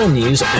news